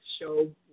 show